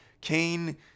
Kane